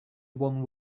one